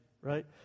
right